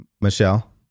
Michelle